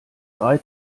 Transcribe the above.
drei